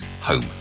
home